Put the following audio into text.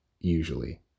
Usually